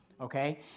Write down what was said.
Okay